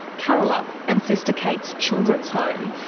carrolup, and sister kate's children's home,